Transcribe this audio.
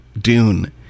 Dune